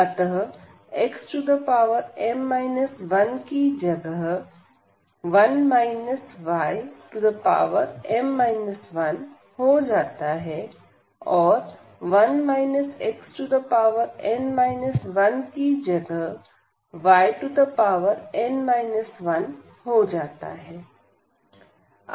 अतः xm 1 की जगह m 1 हो जाता है और 1 xn 1 की जगह yn 1 हो जाता है